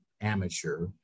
amateur